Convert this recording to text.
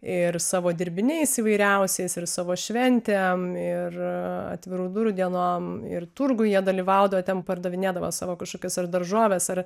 ir savo dirbiniais įvairiausiais ir savo šventėm ir atvirų durų dienom ir turguj jie dalyvaudavo ten pardavinėdavo savo kažkokias ar daržoves ar